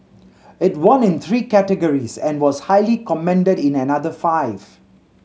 it won in three categories and was highly commended in another five